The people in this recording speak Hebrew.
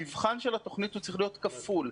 המבחן של התוכנית צריך להיות כפול,